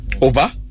Over